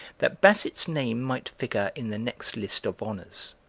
that basset's name might figure in the next list of honours.